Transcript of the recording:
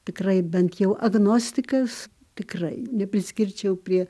tikrai bent jau agnostikas tikrai nepriskirčiau prie